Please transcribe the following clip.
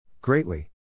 Greatly